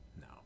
No